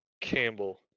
Campbell